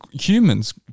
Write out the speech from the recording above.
humans